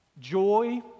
joy